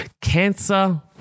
cancer